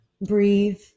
breathe